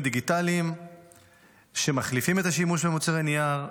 דיגיטליים שמחליפים את השימוש במוצרי נייר,